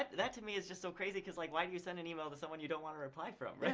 that to me is just so crazy cause like why do you send and email to someone you don't want a reply from?